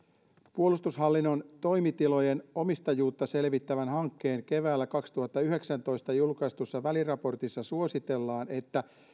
puolustushallinnon toimitilojen omistajuutta selvittävän hankkeen keväällä kaksituhattayhdeksäntoista julkaistussa väliraportissa suositellaan että